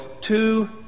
two